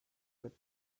would